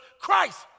Christ